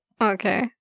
Okay